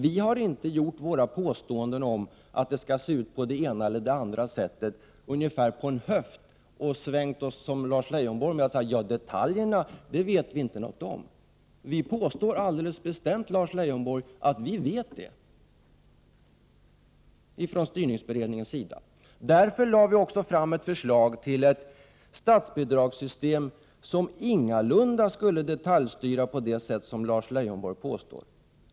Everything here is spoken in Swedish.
Vi har inte på en höft påstått att det skall se ut på det ena eller andra sättet och som Lars Leijonborg svängt oss med att säga att vi vet inte någonting om detaljerna. Vi påstår alldeles bestämt från styrningsberedningens sida, Lars Leijonborg, att vi vet detta. Vi lade därför fram ett förslag till ett statsbidragssystem som ingalunda innebär en detaljstyrning på det sätt som Lars Leijonborg påstår.